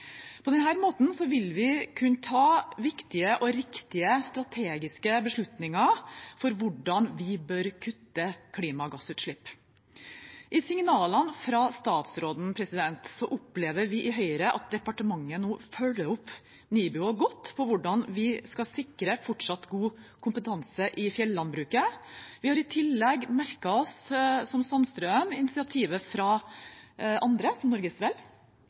måten vil vi kunne ta viktige og riktige strategiske beslutninger om hvordan vi bør kutte klimagassutslipp. I signalene fra statsråden opplever vi i Høyre at departementet nå følger opp Nibio godt når det gjelder hvordan vi skal sikre fortsatt god kompetanse i fjellandbruket. Vi har i tillegg – som Sandtrøen – merket oss initiativet fra andre, som Norges Vel,